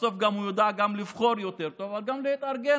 ובסוף הוא ידע גם לבחור טוב יותר וגם להתארגן